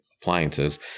appliances